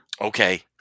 Okay